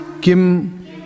Kim